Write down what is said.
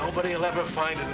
nobody will ever find the